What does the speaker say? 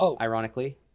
ironically